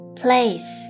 place